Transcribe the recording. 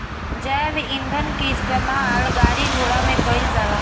जैव ईंधन के इस्तेमाल गाड़ी घोड़ा में कईल जाला